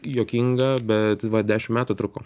juokinga bet va dešimt metų truko